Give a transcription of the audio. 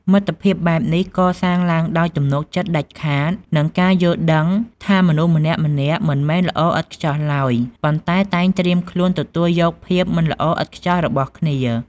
មិត្តភាពបែបនេះ កសាងឡើងដោយ ទំនុកចិត្តដាច់ខាត និងការយល់ដឹងថា មនុស្សម្នាក់ៗមិនមែនល្អឥតខ្ចោះឡើយ ប៉ុន្តែតែងត្រៀមខ្លួនទទួលយកភាពមិនល្អឥតខ្ចោះរបស់គ្នា។